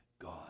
God